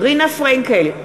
רינה פרנקל,